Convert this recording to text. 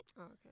okay